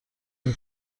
این